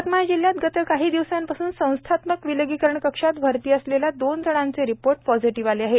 यवतमाळ जिल्ह्यात गत काही दिवसापासून संस्थात्मक विलागिकरण कक्षात भरती असलेल्या दोन जणांचे रिपोर्ट पॉझेटिव्ह आले आहेत